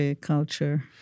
culture